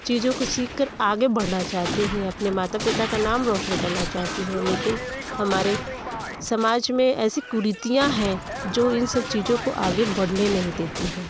चीज़ों को सीखकर आगे बढ़ना चाहती हैं अपने माता पिता का नाम रौशन करना चाहती हैं लेकिन हमारे समाज में ऐसी कुरीतियाँ हैं जो इन सब चीज़ों को आगे बढ़ने नहीं देती हैं